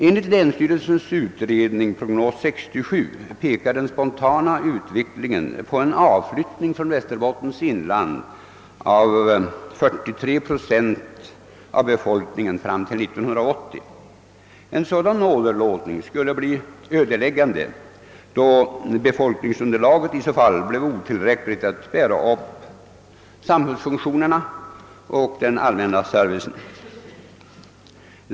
Enligt länsstyrelsens utredning Prognos 67 pekar den spontana utvecklingen på en avflyttning från Västerbottens inland om 43 procent av befolkningen fram till 1980. En sådan åderlåtning skulle vara ödeläggande, eftersom befolkningsunderlaget i så fall skulle bli otillräckligt för ett bibehållande av samhällsfunktionerna och en god allmän service.